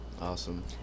Awesome